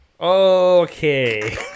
Okay